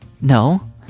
No